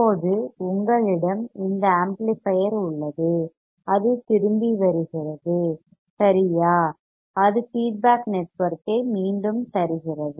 இப்போது உங்களிடம் இந்த ஆம்ப்ளிபையர் உள்ளது அது திரும்பி வருகிறது சரியா அது ஃபீட்பேக் நெட்வொர்க் ஐ மீண்டும் தருகிறது